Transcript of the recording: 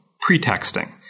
pretexting